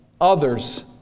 others